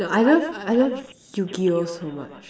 no I love I love yu-gi-oh so much